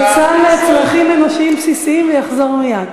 למה אין שר באולם?